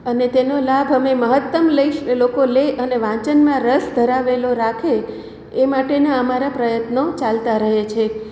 અને તેનો લાભ અમે મહત્તમ લઈ સ લોકો લે અને વાંચનમાં રસ ધરાવેલો રાખે એ માટેના અમારા પ્રયત્નો ચાલતા રહે છે